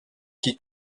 qui